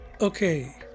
Okay